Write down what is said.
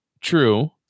True